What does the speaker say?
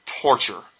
torture